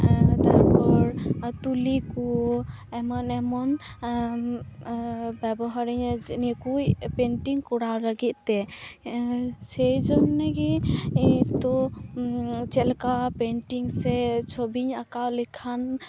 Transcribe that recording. ᱛᱟᱨᱯᱚᱨ ᱛᱩᱞᱤ ᱠᱚ ᱮᱢᱟᱱᱮᱢᱚᱱ ᱵᱮᱵᱚᱦᱟᱨ ᱤᱧᱟᱹ ᱱᱤᱭᱟᱹ ᱠᱩᱡ ᱯᱮᱱᱴᱤᱝ ᱠᱚᱨᱟᱣ ᱞᱟᱹᱜᱤᱫ ᱛᱮ ᱥᱮᱭ ᱡᱚᱱᱮᱜᱮ ᱛᱚ ᱪᱮᱫ ᱞᱮᱠᱟ ᱯᱮᱱᱴᱤᱝ ᱥᱮ ᱪᱷᱚᱵᱤᱧ ᱟᱸᱠᱟᱣ ᱞᱮᱠᱷᱟᱱ